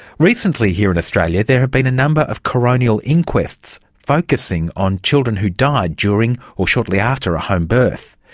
recently here in australia there have been a number of coronial inquests focusing on children who died during or shortly after a homebirth,